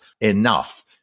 enough